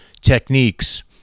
techniques